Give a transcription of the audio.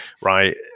right